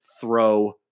throw